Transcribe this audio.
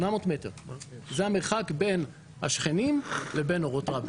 זה המרחק בין השכנים לבין אורות רבין.